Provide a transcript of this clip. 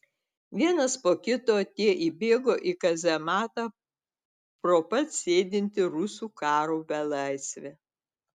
vienas po kito tie įbėgo į kazematą pro pat sėdintį rusų karo belaisvį